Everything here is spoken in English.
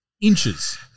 inches